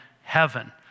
heaven